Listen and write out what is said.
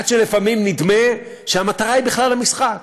עד שלפעמים נדמה שהמטרה היא בכלל המשחק,